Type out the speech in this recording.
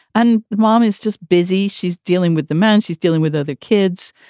and mom is just busy. she's dealing with the man. she's dealing with other kids.